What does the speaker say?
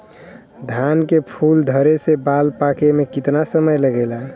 धान के फूल धरे से बाल पाके में कितना समय लागेला?